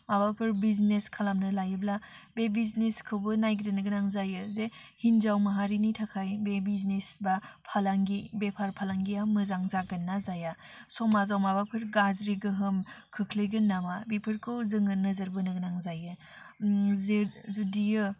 माबाफोर बिजनेस खालामनो लायोब्ला बे बिजनेसखौबो नायगिरनो गोनां जायो जे हिन्जाव माहारिनि थाखाय बे बिजनिस बा फालांगि बेफोर फालांगिया मोजां जागोन ना जाया समाजाव माबाफोर गाज्रि गोहोम खोख्लैगोन नामा बिफोरखौ जोङो नोजोर बोनो गोनां जायो जिथ जुदियो